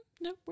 no